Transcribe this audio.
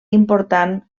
important